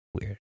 Weird